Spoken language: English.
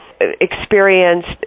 experienced